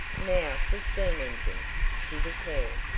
now for steam engines, she declared,